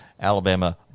Alabama